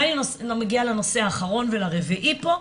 הנושא האחרון והרביעי פה,